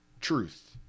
truth